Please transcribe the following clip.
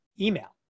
email